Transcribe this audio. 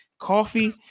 coffee